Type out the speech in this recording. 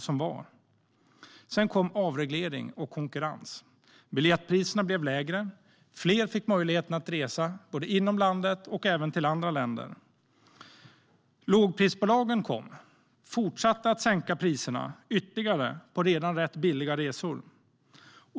Sedan kom avreglering och konkurrens. Biljettpriserna blev lägre, och fler fick möjligheten att flyga både inom landet och till andra länder. När lågprisbolagen kom fortsatte de att sänka priserna på redan billiga resor.